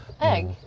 egg